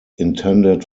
intended